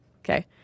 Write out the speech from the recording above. Okay